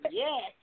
yes